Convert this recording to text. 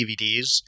dvds